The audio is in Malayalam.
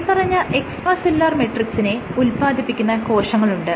മേല്പറഞ്ഞ എക്സ്ട്രാ സെല്ലുലാർ മെട്രിക്സിനെ ഉത്പാദിപ്പിക്കുന്ന കോശങ്ങളുണ്ട്